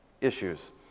issues